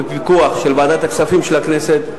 בפיקוח ועדת הכספים של הכנסת,